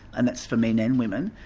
and that's for men and women,